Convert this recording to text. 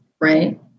right